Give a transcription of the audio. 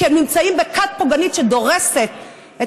כי הם נמצאים בכת פוגענית שדורסת את